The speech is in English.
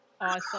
Awesome